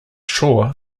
shore